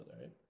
right